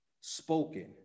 spoken